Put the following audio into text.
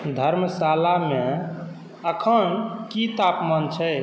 धर्मशालामे एखन कि तापमान छै